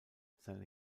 seine